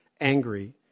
angry